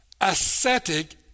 ascetic